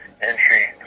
entry